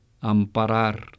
amparar